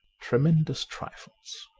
tremendous trifles.